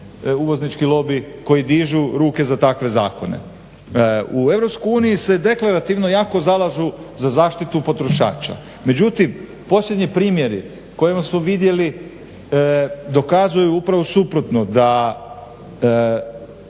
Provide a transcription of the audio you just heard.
uvoznički lobij, koji dižu ruke za takve zakone. U EU se deklarativno jako zalažu za zaštitu potrošača, međutim posljednji primjeri kojima smo vidjeli dokazuju upravo suprotno, da